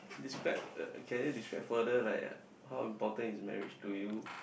describe uh can you describe further like how important is marriage to you